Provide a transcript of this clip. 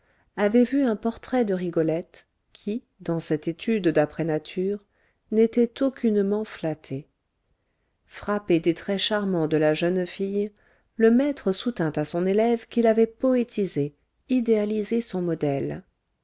avait vu un portrait de rigolette qui dans cette étude d'après nature n'était aucunement flattée frappé des traits charmants de la jeune fille le maître soutint à son élève qu'il avait poétisé idéalisé son modèle